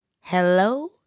Hello